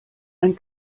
ein